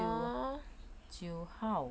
九九号